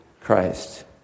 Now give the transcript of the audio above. Christ